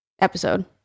episode